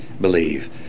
believe